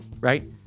right